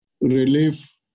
relief